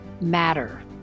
matter